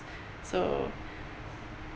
so